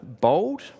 bold